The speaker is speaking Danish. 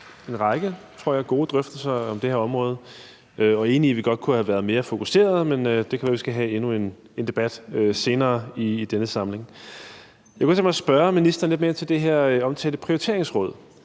en række gode drøftelser om det her område. Jeg er enig i, at vi godt kunne have været mere fokuserede, men det kan være, at vi skal have endnu en debat senere i denne samling. Jeg kunne godt tænke mig at spørge ministeren lidt mere om det her omtalte prioriteringsråd